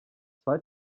zwei